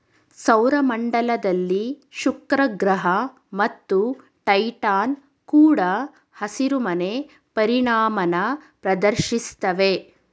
ಸೌರ ಮಂಡಲದಲ್ಲಿ ಶುಕ್ರಗ್ರಹ ಮತ್ತು ಟೈಟಾನ್ ಕೂಡ ಹಸಿರುಮನೆ ಪರಿಣಾಮನ ಪ್ರದರ್ಶಿಸ್ತವೆ